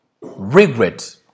regret